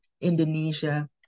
Indonesia